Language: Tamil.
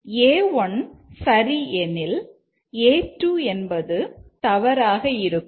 A1 சரி எனில் A2 என்பது தவறாக இருக்கும்